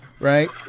right